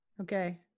Okay